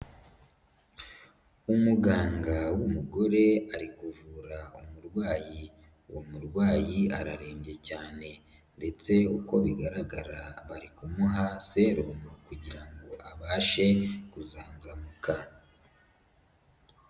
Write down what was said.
Umuganga w'umugore ari kuvura umurwayi. Uwo murwayi ararembye cyane, ndetse uko bigaragara bari kumuha serumu kugira ngo abashe kuzamuka.